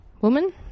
woman